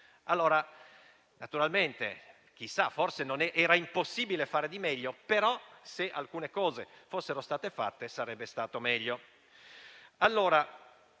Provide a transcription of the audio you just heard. morti in meno. Chissà, forse era impossibile fare di meglio, però, se alcune cose fossero state fatte, sarebbe stato meglio. Tuttora